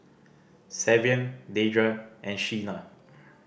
Savion Dedra and Shena